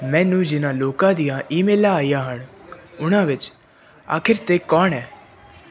ਮੈਨੂੰ ਜਿਨ੍ਹਾਂ ਲੋਕਾਂ ਦੀਆਂ ਈਮੇਲਾਂ ਆਈਆਂ ਹਨ ਉਹਨਾਂ ਵਿਚ ਆਖ਼ੀਰ 'ਤੇ ਕੌਣ ਹੈ